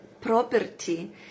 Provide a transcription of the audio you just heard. property